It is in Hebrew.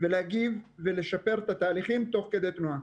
ולהגיב ולשפר את התהליכים תוך כדי תנועה.